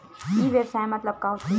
ई व्यवसाय मतलब का होथे?